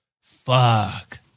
Fuck